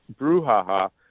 brouhaha